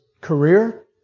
career